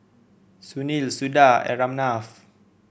Sunil Suda and Ramnath